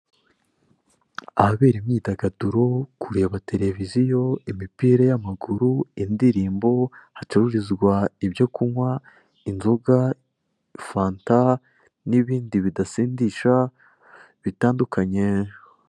Ahabera imyidagaduro, kureba televiziyo, imipira y'amaguru, indirimbo, hacururizwa ibyo kunywa, inzoga, fanta, n'ibindi bidasindisha bitandukanye.